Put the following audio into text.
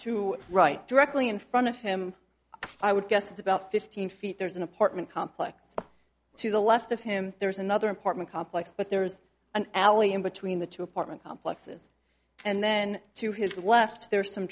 to right directly in front of him i would just about fifteen feet there's an apartment complex to the left of him there's another apartment complex but there's an alley in between the two apartment complexes and then to his left there are some